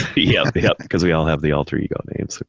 yeah yup, cause we all have the alter ego names,